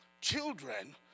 Children